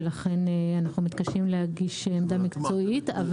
ולכן אנחנו מתקשים להגיש עמדה מקצועית.